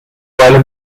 باله